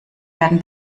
werden